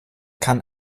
kann